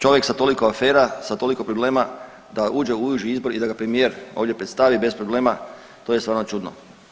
Čovjek sa toliko afera, sa toliko problema da uđe u uži izbor i da ga premijer ovdje predstavi bez problema, to je stvarno čudno.